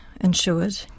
insured